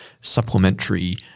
supplementary